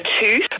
tooth